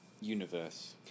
universe